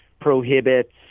prohibits